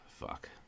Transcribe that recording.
fuck